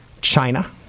China